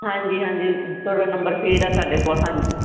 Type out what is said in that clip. ਹਾਂਜੀ ਹਾਂਜੀ ਤੁਹਾਡਾ ਨੰਬਰ ਫੀਡ ਆ ਸਾਡੇ ਕੋਲ ਹਾਂਜੀ